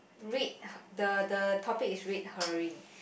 read the the topic is red herring